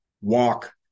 walk